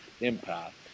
impact